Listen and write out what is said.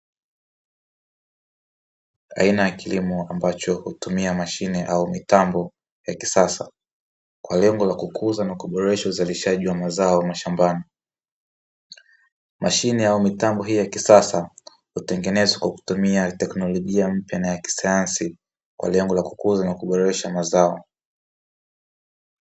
Aina ya kilimo ambacho hutumia mashine au mitambo ya kisasa kwa lengo ya kukuza na kuboresha uzalishaji wa mazao mashambani, mashine au mitambo hii ya kisasa hutengenezwa kwa kutumia teknolojia mpya na ya kisayansi kwa lengo la kukuza na kuboresha mazao.